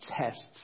tests